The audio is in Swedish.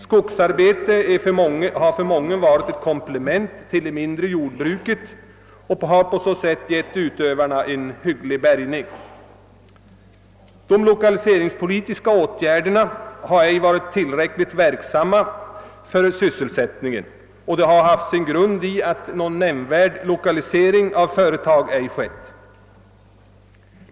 Skogsarbete har för mången varit ett komplement till det mindre jordbruket och har på så sätt givit utövarna en hygglig bärgning. De lokaliseringspolitiska åtgärderna har ej varit tillräckligt verksamma för sysselsättningen. Detta har haft sin grund i att någon nämnvärd lokalise ring av företag ej skett.